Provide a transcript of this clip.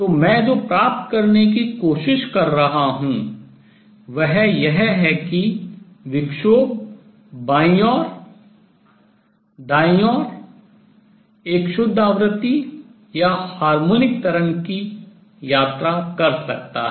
तो मैं जो प्राप्त करने की कोशिश कर रहा हूँ वह यह है कि विक्षोभ बाईं ओर दाईं ओर एक शुद्ध आवृत्ति या हार्मोनिक तरंग की यात्रा कर सकता है